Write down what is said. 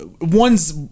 one's